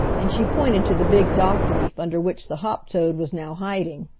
and she pointed to the big dock leaf under which the hop-toad was now hiding.